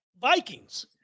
Vikings